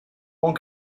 one